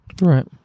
right